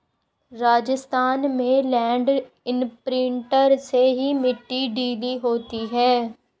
राजस्थान में land imprinter से ही मिट्टी ढीली होती है